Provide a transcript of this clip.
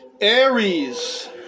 Aries